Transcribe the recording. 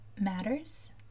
matters